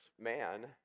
man